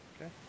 Okay